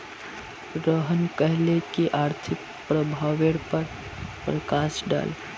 रोहन कहले की आर्थिक प्रभावेर पर प्रकाश डाल